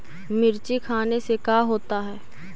मिर्ची खाने से का होता है?